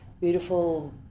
beautiful